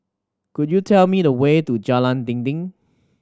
could you tell me the way to Jalan Dinding